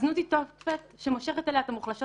הזנות היא תופת שמושכת אליה את המוחלשות